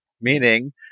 meaning